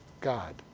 God